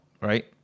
Right